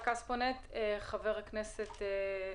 חבר הכנסת אנטאנס,